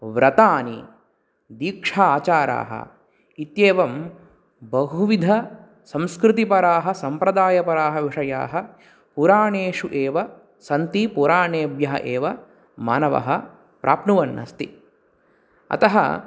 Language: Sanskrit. व्रतानि दीक्षा आचाराः इत्येवं बहुविधसंस्कृतिपराः सम्प्रदायपराः विषयाः पुराणेषु एव सन्ति पुराणेभ्यः एव मानवः प्राप्नुवन् अस्ति अतः